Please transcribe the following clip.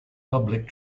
public